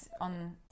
on